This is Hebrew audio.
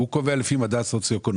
הוא קובע לפי מדד סוציואקונומי.